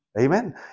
Amen